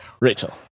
Rachel